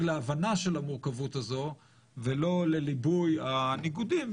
להבנה של המורכבות הזו ולא לליבוי הניגודים,